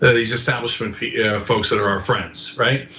these establishment folks that are our friends, right?